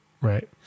right